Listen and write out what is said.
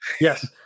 Yes